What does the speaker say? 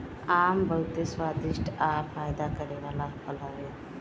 आम बहुते स्वादिष्ठ आ फायदा करे वाला फल हवे